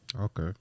Okay